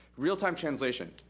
real-time translation.